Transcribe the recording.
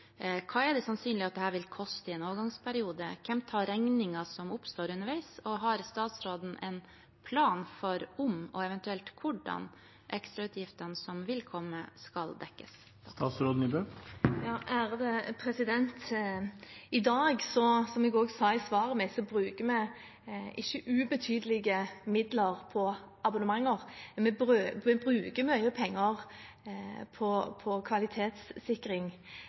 Hva er det sannsynlig at dette vil koste i en overgangsperiode? Hvem tar regningen som oppstår underveis? Og har statsråden en plan for om og eventuelt hvordan ekstrautgiftene som vil komme, skal dekkes? I dag, som jeg også sa i svaret mitt, bruker vi ikke ubetydelige midler på abonnementer. Vi bruker mye penger på kvalitetssikring